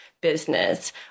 business